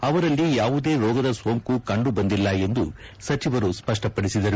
ಅವರಲ್ಲಿ ಯಾವುದೇ ರೋಗದ ಸೋಂಕು ಕಂಡುಬಂದಿಲ್ಲ ಎಂದು ಸಚಿವರು ಸ್ವಷ್ಠಪಡಿಸಿದ್ದಾರೆ